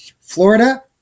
Florida